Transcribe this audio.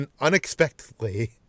unexpectedly